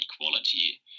equality